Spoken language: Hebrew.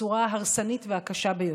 בצורה ההרסנית והקשה ביותר.